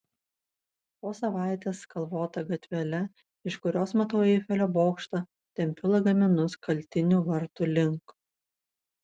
po savaitės kalvota gatvele iš kurios matau eifelio bokštą tempiu lagaminus kaltinių vartų link